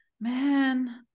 man